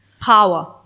power